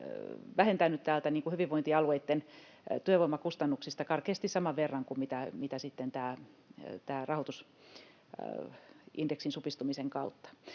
vähentänyt hyvinvointialueitten työvoimakustannuksista karkeasti saman verran kuin sitten rahoitus indeksin supistumisen kautta.